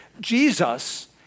Jesus